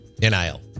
NIL